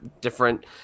different